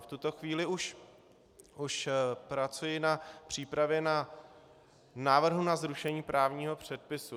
V tuto chvíli už pracuji na přípravě návrhu na zrušení právního předpisu.